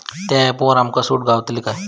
त्या ऍपवर आमका सूट गावतली काय?